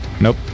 Nope